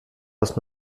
das